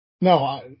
No